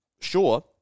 Sure